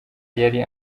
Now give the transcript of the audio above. yari